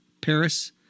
Paris